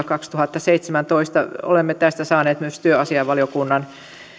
kaksituhattaseitsemäntoista olemme tästä saaneet myös työasiainvaliokunnan